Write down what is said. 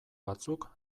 batzuk